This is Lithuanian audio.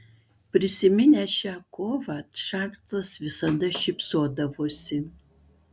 prisiminęs šią kovą čarlzas visada šypsodavosi